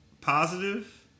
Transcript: positive